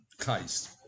case